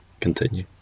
Continue